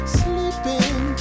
sleeping